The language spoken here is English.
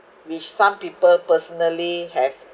which some people personally have